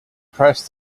press